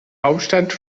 hauptstadt